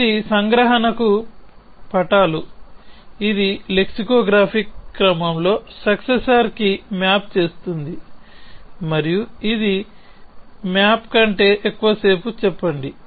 ఇది సంగ్రహణకు పటాలు ఇది లెక్సికోగ్రాఫిక్ క్రమంలో సక్సెసర్ కి మ్యాప్ చేస్తుంది మరియు ఇది మ్యాప్ కంటే ఎక్కువసేపు చెప్పండి